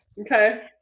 okay